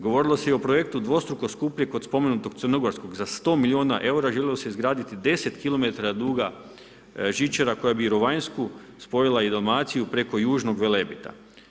Govorilo se i o projektu dvostruko skupljeg od spomenutog crnogorskog, za 100 milijuna eura željelo se izgraditi 10 km duga žičara koja bi ... spojila i Dalmaciju preko južnog Velebita.